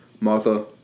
Martha